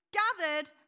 gathered